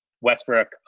Westbrook